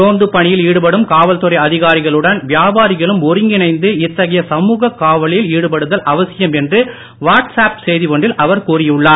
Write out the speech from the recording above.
ரோந்துப் பணியில் ஈடுபடும் காவல்துறை அதிகாரிகளுடன் வியாபாரிகளும் ஒருங்கிணைந்து இத்தகைய சமூகக் காவலில் ஈடுபடுதல் அவசியம் என்று வாட்ஸ்அப் செய்தி ஒன்றில் அவர் கூறியுள்ளார்